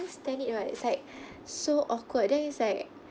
stand it [what] it's like so awkward then it's like